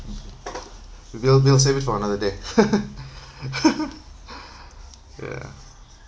we'll we'll save it for another day ya